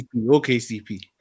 OKCP